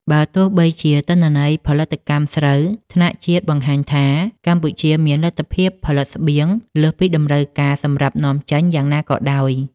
បើទោះបីជាទិន្នន័យផលិតកម្មស្រូវថ្នាក់ជាតិបង្ហាញថា កម្ពុជាមានលទ្ធភាពផលិតស្បៀងលើសពីតម្រូវការសម្រាប់នាំចេញយ៉ាងណាក៏ដោយ។